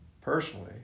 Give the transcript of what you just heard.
personally